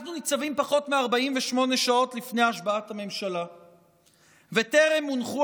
אנחנו ניצבים פחות מ-48 שעות לפני השבעת הממשלה וטרם הונחו